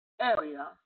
Area